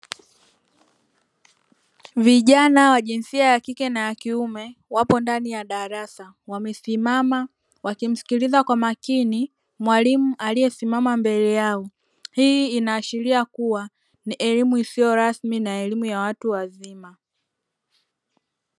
Vijana wa jinsia ya kike na kiume wapo ndani ya darasa, wamesimama wakimsikiliza kwa makini mwalimu aliyesimama mbele yao. Hii inaashiria kuwa ni elimu isiyo rasmi na elimu ya watu wazima.